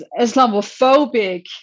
Islamophobic